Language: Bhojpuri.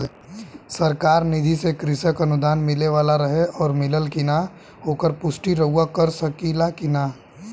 सरकार निधि से कृषक अनुदान मिले वाला रहे और मिलल कि ना ओकर पुष्टि रउवा कर सकी ला का?